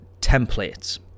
templates